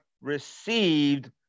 received